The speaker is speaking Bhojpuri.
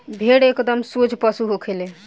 भेड़ एकदम सोझ पशु होखे ले